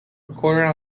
recording